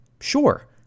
Sure